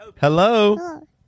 Hello